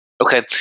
Okay